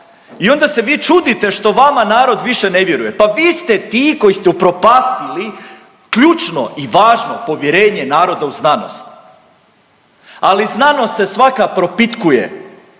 i onda se vi čudite što vama narod više ne vjeruje pa vi ste ti koji ste upropastili ključno i važno povjerenje naroda u znanost. Ali znanost se svaka propitkuje